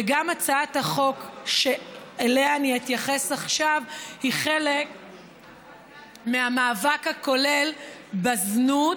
וגם הצעת החוק שאליה אני אתייחס עכשיו היא חלק מהמאבק הכולל בזנות,